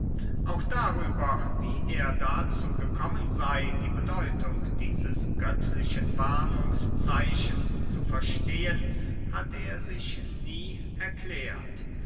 auch darüber wie er dazu gekommen sey die bedeutung dieses göttlichen warnungszeichens zu verstehen hat er sich nie erklärt